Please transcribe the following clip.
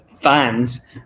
fans